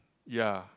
ya